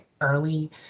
early